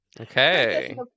okay